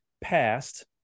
past